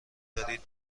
دارید